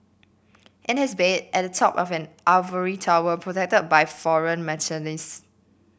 in his bed at the top of an ivory tower protect by foreign mercenaries